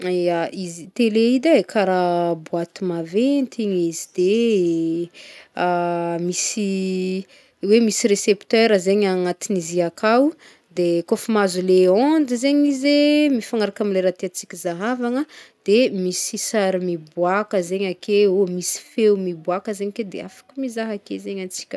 Ya, izy tele i edy e, karaha boaty maventy igny izy, de misy hoe misy recepteur zegny agnatin'izy i aka, de kaofa mahazo le onde zegny izy mifanaraka amle raha tiantsika hizahavana de misy sary miboàka zegny akeo misy feo miboàka zegny ake de afaka mizaha ake zegny antsika.